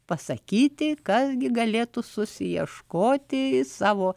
pasakyti kas gi galėtų susiieškoti savo